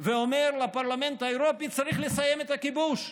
ואומר לפרלמנט האירופי: צריך לסיים את הכיבוש,